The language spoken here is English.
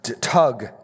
tug